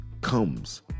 comes